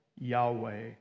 Yahweh